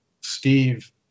steve